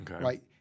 right